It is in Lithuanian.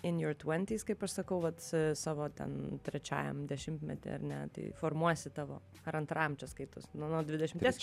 in jor tventys kaip aš sakau vat savo ten trečiajam dešimtmety ar ne tai formuojasi tavo ar antram čia skaitosi nu nuo dvidešimties